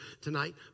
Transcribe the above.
tonight